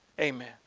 Amen